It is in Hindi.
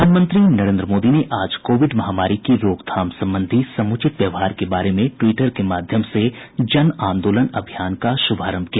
प्रधानमंत्री नरेन्द्र मोदी ने आज कोविड महामारी की रोकथाम संबंधी समुचित व्यवहार के बारे में ट्वीटर के माध्यम से जन आंदोलन अभियान का शुभारम्भ किया